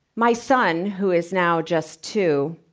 my son, who is now just two.